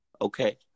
Okay